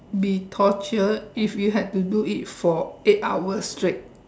be torture if you have to do it for eight hours like